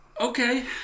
Okay